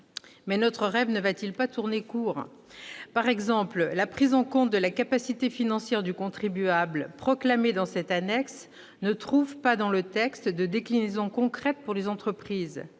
Mais notre rêve ne va-t-il pas tourner court ? Par exemple, la prise en compte de la capacité financière du contribuable, proclamée dans cette annexe, ne trouve pas dans le texte de déclinaison concrète pour les entreprises.